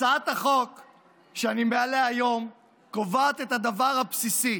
הצעת החוק שאני מעלה היום קובעת את הדבר הבסיסי,